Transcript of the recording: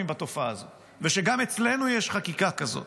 בתופעה הזאת ושגם אצלנו יש חקיקה כזאת.